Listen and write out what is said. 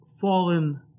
fallen